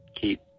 keep